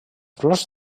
flors